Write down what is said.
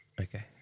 Okay